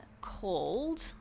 called